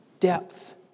depth